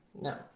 No